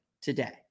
today